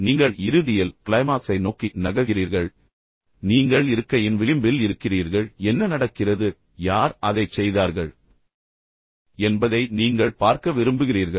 எனவே நீங்கள் இறுதியில் க்ளைமாக்ஸை நோக்கி நகர்கிறீர்கள் நீங்கள் உண்மையில் இருக்கையின் விளிம்பில் இருக்கிறீர்கள் என்ன நடக்கிறது யார் அதைச் செய்தார்கள் என்பதை நீங்கள் பார்க்க விரும்புகிறீர்கள்